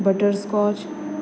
butterscotch